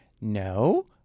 No